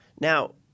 now